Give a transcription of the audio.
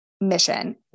mission